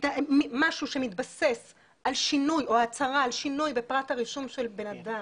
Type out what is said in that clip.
משהו שמתבסס על שינוי או הצהרה על שינוי בפרט הרישום של בן אדם,